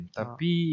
tapi